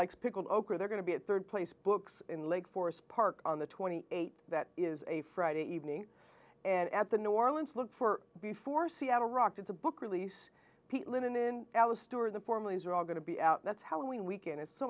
likes pickled okra they're going to be at third place books in lake forest park on the twenty eighth that is a friday evening and at the new orleans look for before seattle rocked it's a book release linen in alice stewart the former these are all going to be out that's how we weekend is so